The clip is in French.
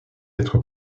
être